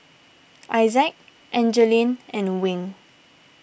Isaak Angeline and Wing